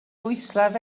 bwyslais